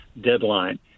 deadline